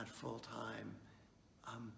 full-time